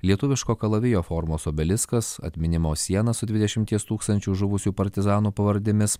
lietuviško kalavijo formos obeliskas atminimo siena su dvidešimties tūkstančių žuvusių partizanų pavardėmis